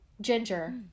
ginger